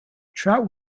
trout